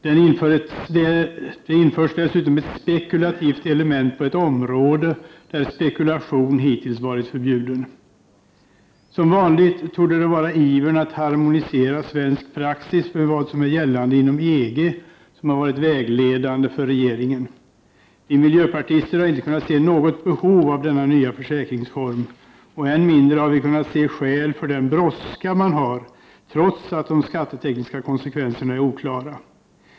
Dessutom införs ett spekulativt element på ett område där spekulation hittills varit förbjuden. Som vanligt torde det vara ivern att harmonisera svensk praxis med vad som gäller inom EG som varit vägledande för regeringen. Vi miljöpartister har inte kunnat se något behov av denna nya försäkringsform, och än mindre har vi kunnat se skäl för den brådska man har trots att de skattetekniska konsekvenserna är oklara.